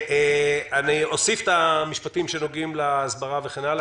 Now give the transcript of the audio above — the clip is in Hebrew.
אני אוסיף את המשפטים שנוגעים להסדרה וכן הלאה.